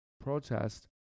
protest